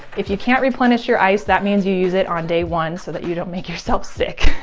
if you can't replenish your ice that means you use it on day one so that you don't make yourself sick.